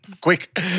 Quick